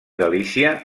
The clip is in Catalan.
galícia